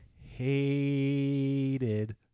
hated